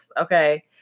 Okay